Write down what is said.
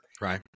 right